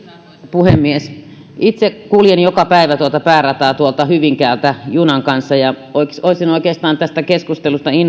puhemies itse kuljen joka päivä päärataa tuolta hyvinkäältä junan kanssa ja olisin oikeastaan tästä keskustelusta innoittuneena